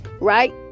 Right